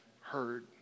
heard